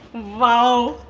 wow,